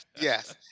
yes